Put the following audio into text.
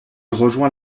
rejoint